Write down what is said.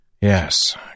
Yes